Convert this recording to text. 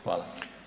Hvala.